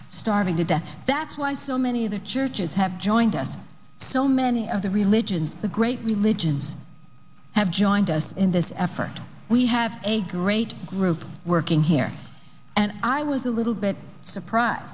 starving to death that's why so many of the churches have joined us so many of the religions the great religions joined us in this effort we have a great group working here and i was a little bit surprised